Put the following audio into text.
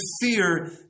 fear